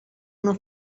una